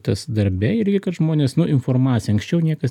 tas darbe irgi kad žmonės nu informacija anksčiau niekas